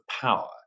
power